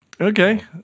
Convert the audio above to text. okay